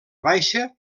baixa